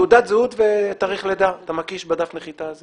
תעודת זהות ותאריך לידה, אתה מקיש בדף הנחיתה הזה.